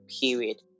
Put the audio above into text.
Period